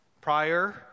prior